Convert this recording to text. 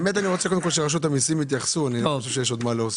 אשמח שרשות המיסים יתייחסו קודם.